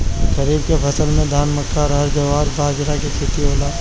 खरीफ के फसल में धान, मक्का, अरहर, जवार, बजरा के खेती होला